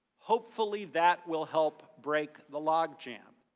hopefully, that will help break the logjam.